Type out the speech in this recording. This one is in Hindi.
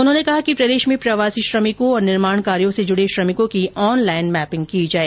उन्होंने कहा कि प्रदेश में प्रवासी श्रमिकों तथा निर्माण कार्यो से जुडे श्रमिकों की ऑनलाइन मैपिंग की जाए